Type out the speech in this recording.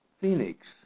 Phoenix